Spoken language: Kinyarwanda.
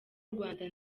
rwanda